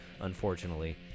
unfortunately